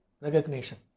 recognition